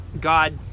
God